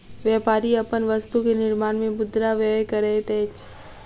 व्यापारी अपन वस्तु के निर्माण में मुद्रा व्यय करैत अछि